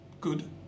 good